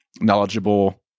knowledgeable